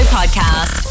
Podcast